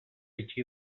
itxi